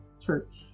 church